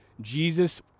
Jesus